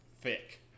Thick